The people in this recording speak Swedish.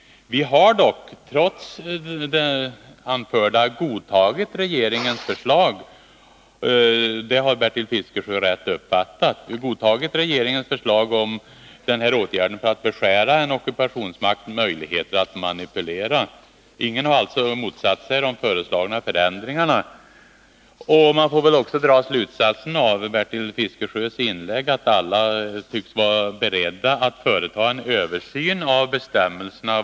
Vi har dock — det har Bertil Fiskesjö rätt uppfattat — trots detta godtagit regeringens förslag om denna åtgärd för att beskära en ockupationsmakts möjligheter att manipulera. Ingen har alltså motsatt sig de föreslagna förändringarna. Man får väl också dra den slutsatsen av Bertil Fiskesjös inlägg, att alla tycks vara beredda att företa en översyn av bestämmelserna.